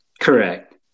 Correct